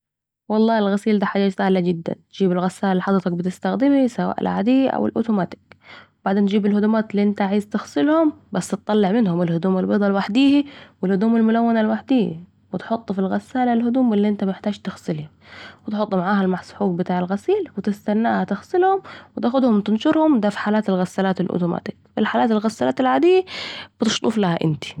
والله الغسيل ده حاجه سهله جداً ، تجيب الغسالة الي حضرتك بتستخدمها سواء العادي أو الاوتوماتيك ، بعدين تجيب الهدومات الي أنت عايز تغسلهم ، بس تطلع منهم الهدوم البيضاء لوحدها و الهدوم الملونه لوحديها ، و تحط في الغساله الهدوم الي أنت محتاج تغسلها و تحط معاها المسحوق و تستنا ها تغسلهم وتاخدهم تنشرهم بس... ده في حلات الغسالات الاوتوماتيك في حلات الغسالات العادي بتشطف لها أنت